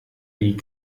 die